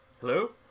Hello